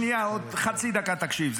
עוד חצי דקה תקשיב,